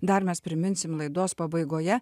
dar mes priminsim laidos pabaigoje